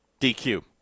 dq